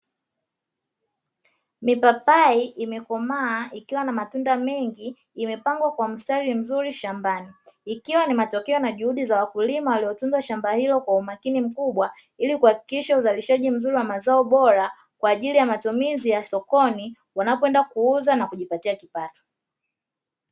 Mipapai imekomaa ikiwa na matunda mengi imepangwa kwa mistari mizuri shambani, ikiwa ni matokeo na juhudi za wakulima waliotunza shamba hilo kwa umakini mkubwa, ili kuhakikisha uzalishaji mzuri wa mazoo bora kwa ajili ya matumizi ya sokoni wanapoenda kuuza na kujipatia kipato.